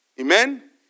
Amen